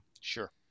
Sure